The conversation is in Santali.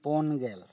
ᱯᱩᱱ ᱜᱮᱞ